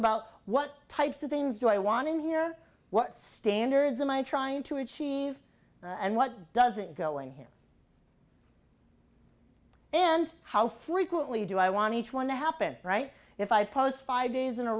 about what types of things do i want in here what standards my trying to achieve and what doesn't go on here and how frequently do i want each one to happen right if i post five days in a